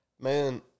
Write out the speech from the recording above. man